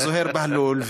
זוהיר בהלול,